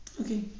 Okay